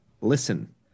listen